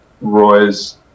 Roy's